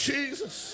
Jesus